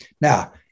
Now